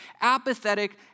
apathetic